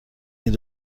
این